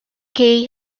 kaye